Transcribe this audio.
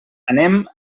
anem